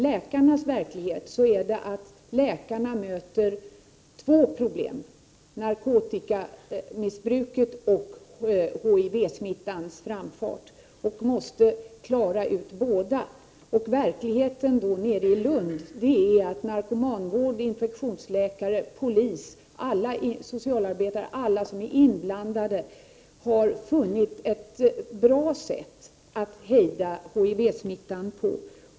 Läkarnas verklighet är att de möter två problem, nämligen narkotikamissbruket och HIV-smittans framfart, och de måste klara båda. Verkligheten nere i Lund är att narkomanvård, infektionsläkare, polis och socialarbetare, ja, alla som är inblandade, har funnit ett bra sätt att hejda HIV-smittan på.